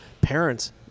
parents